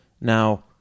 Now